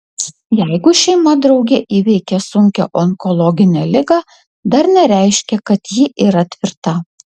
jeigu šeima drauge įveikė sunkią onkologinę ligą dar nereiškia kad ji yra tvirta